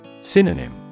Synonym